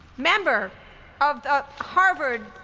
member of the harvard